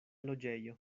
loĝejo